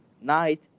night